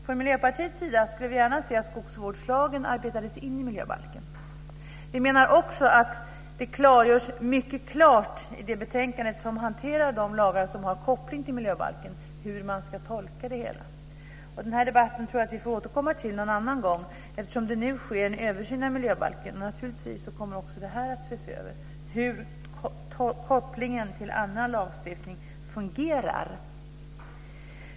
Från Miljöpartiets sida skulle vi gärna se att skogsvårdslagen arbetades in i miljöbalken. Vi menar också att det i det betänkande som hanterar de lagar som har koppling till miljöbalken mycket tydligt klargörs hur man ska tolka det hela. Den här debatten tror jag att vi får återkomma till någon annan gång, eftersom det nu sker en översyn av miljöbalken. Naturligtvis kommer det då också att ses över hur kopplingen till annan lagstiftning fungerar.